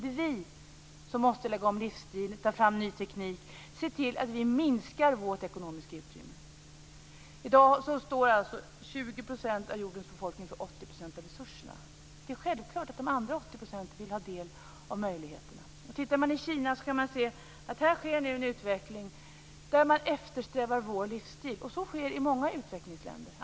Det är vi som måste lägga om livsstil, ta fram ny teknik och se till att vi minskar vårt ekologiska utrymme. I dag står alltså 20 % av jordens befolkning för 80 % av resurserna. Det är självklart att de andra 80 procenten vill ha del av möjligheterna. Tittar man i Kina kan man se att där sker en utveckling där man eftersträvar vår livsstil, och så sker i många utvecklingsländer.